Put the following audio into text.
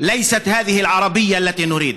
השב"כית שלו,